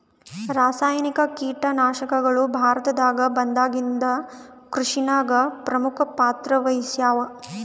ರಾಸಾಯನಿಕ ಕೀಟನಾಶಕಗಳು ಭಾರತದಾಗ ಬಂದಾಗಿಂದ ಕೃಷಿನಾಗ ಪ್ರಮುಖ ಪಾತ್ರ ವಹಿಸ್ಯಾವ